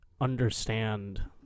understand